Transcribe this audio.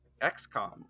XCOM